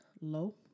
low